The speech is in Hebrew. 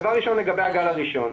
דבר ראשון, לגבי הגל הראשון,